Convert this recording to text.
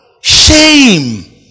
Shame